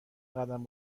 قدم